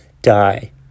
die